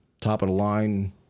top-of-the-line